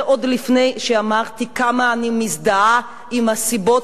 זה עוד לפני שאמרתי כמה אני מזדהה עם הסיבות